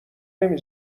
نمی